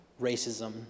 racism